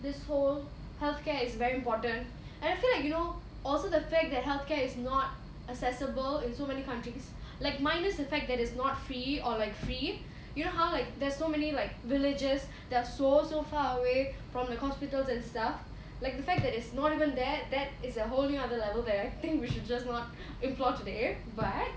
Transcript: this whole healthcare is very important and I feel like you know also the fact that healthcare is not accessible in so many countries like minus the fact that is not free or like free you know how like there's so many like villages that are so so far away from the hospitals and stuff like the fact that it's not even that that is a whole new other level that I think we should just not explore today but